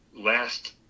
last